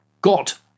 got